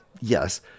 Yes